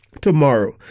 tomorrow